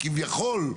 כביכול,